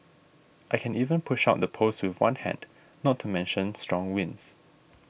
I can even push out the poles with one hand not to mention strong winds